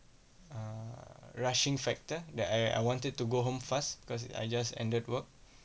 err rushing factor that I I wanted to go home fast cause I just ended work